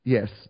Yes